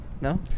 No